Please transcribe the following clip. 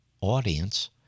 audience